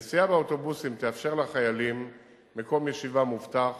הנסיעה באוטובוסים תאפשר לחיילים מקום ישיבה מובטח,